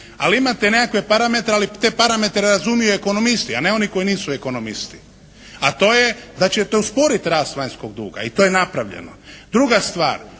Ali imate neke parametre, ali te parametre razumiju ekonomisti a ne oni koji nisu ekonomisti. A to je da ćete usporit rast vanjskog duga i to je napravljeno. Druga stvar.